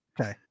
Okay